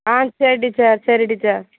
ஆ சரி டீச்சர் சரி டீச்சர்